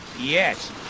Yes